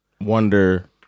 wonder